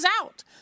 out